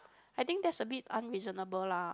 I think that's a bit unreasonable lah